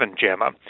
JAMA